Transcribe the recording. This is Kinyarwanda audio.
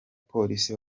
polisi